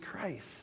christ